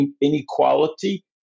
inequality